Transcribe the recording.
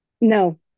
No